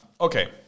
Okay